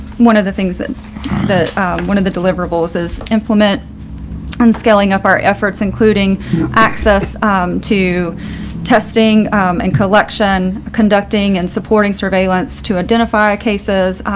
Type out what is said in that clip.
one of the things that one of the deliverables is implement and scaling up our efforts including access to testing and collection, conducting and supporting surveillance to identify cases,